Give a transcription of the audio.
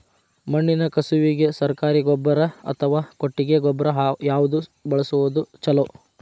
ಮಣ್ಣಿನ ಕಸುವಿಗೆ ಸರಕಾರಿ ಗೊಬ್ಬರ ಅಥವಾ ಕೊಟ್ಟಿಗೆ ಗೊಬ್ಬರ ಯಾವ್ದು ಬಳಸುವುದು ಛಲೋ?